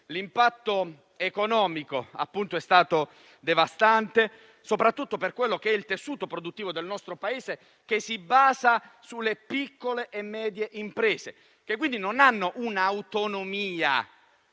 L'impatto economico è stato devastante, soprattutto per il tessuto produttivo del nostro Paese, che si basa su piccole e medie imprese che non hanno un'autonomia